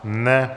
Ne.